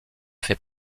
fait